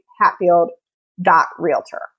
Hatfield.realtor